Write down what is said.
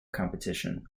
competition